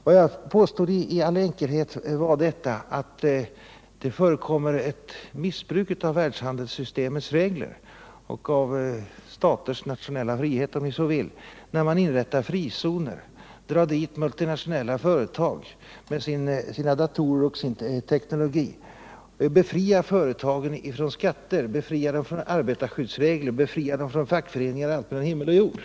Vad jag påstod i all enkelhet var att det förekommer ett missbruk av världshandelssystemets regler och staters nationella frihet, om man så vill, när man inrättar frizoner, drar dit multinationella företag med deras datorer och teknologi, befriar företagen från skatter, arbetarskyddsregler, fackföreningar och allt mellan himmel och jord.